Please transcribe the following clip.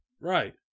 Right